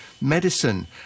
medicine